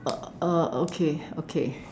uh uh okay okay